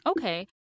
Okay